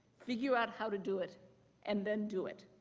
figure out how to do it and then do it